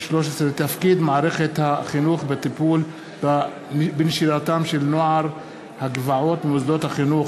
12. תפקיד מערכת החינוך בטיפול בנשירתם של נוער הגבעות ממוסדות החינוך,